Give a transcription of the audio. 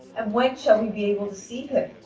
and when shall we be able to see him?